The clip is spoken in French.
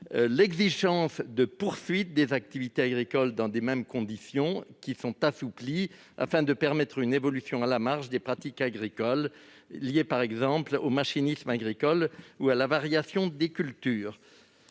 l'exigence de poursuite des activités agricoles « dans les mêmes conditions » est assouplie, afin de permettre une évolution à la marge des pratiques agricoles liées, par exemple, à l'évolution des machines agricoles ou à la variation des cultures.